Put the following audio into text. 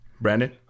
Brandon